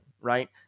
right